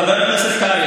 חבר הכנסת קרעי,